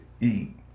eat